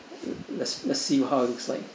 let's let's see how it looks like